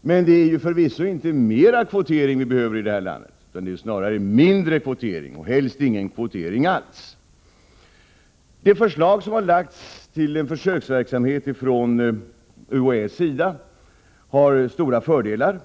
Men det är förvisso inte mera kvotering vi behöver i det här landet, utan snarare mindre kvotering, och helst ingen kvotering alls. UHÄ:s förslag om försöksverksamhet har stora fördelar.